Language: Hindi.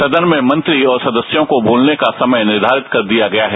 सदन में मंत्री और सदस्यों को बोलने का समय निर्धारित कर दिया गया है